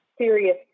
serious